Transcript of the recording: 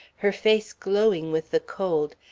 her face glowing with the cold,